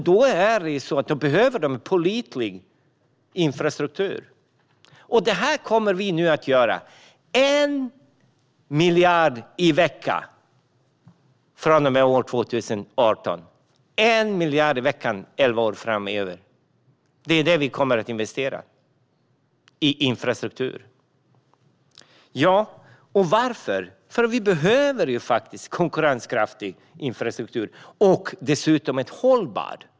Då behöver de pålitlig infrastruktur. 1 miljard i veckan under elva år framöver kommer att investeras i infrastruktur från och med 2018. Varför? Vi behöver faktiskt hållbar konkurrenskraftig infrastruktur.